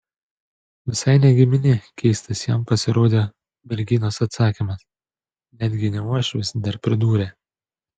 visai ne giminė keistas jam pasirodė merginos atsakymas netgi ne uošvis dar pridūrė